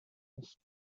nicht